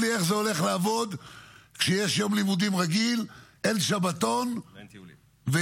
להחליף שר ביטחון לא,